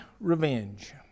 revenge